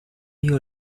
your